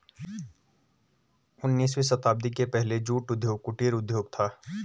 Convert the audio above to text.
उन्नीसवीं शताब्दी के पहले जूट उद्योग कुटीर उद्योग था